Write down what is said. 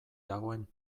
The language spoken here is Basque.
dagoen